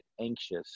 anxious